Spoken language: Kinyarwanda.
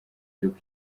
gihugu